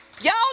Y'all